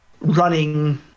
running